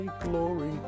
glory